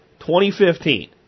2015